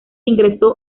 ingresó